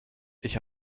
ich